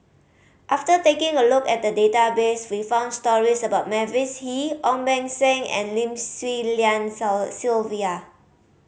after taking a look at the database we found stories about Mavis Hee Ong Beng Seng and Lim Swee Lian Sylvia